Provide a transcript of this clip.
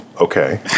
Okay